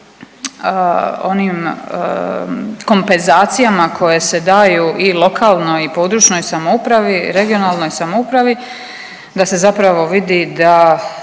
onim kompenzacijama koje se daju i lokalnoj i područnoj samoupravi, regionalnoj samoupravi da se zapravo vidi da,